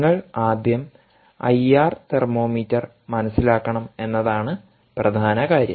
നിങ്ങൾ ആദ്യം ഐആർ തെർമോമീറ്ററർ മനസിലാക്കണം എന്നതാണ് പ്രധാന കാര്യം